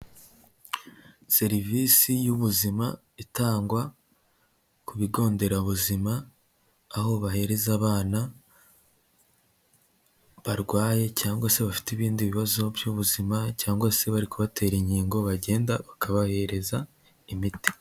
Serivisi y'ubu ubuzima itangwa ku bigo nderabuzima, aho bahereza abana barwaye cyangwa se bafite ibindi bibazo by'ubuzima cyangwa se bari kubatera inkingo bagenda bakabahereza imiti.